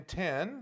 ten